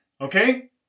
Okay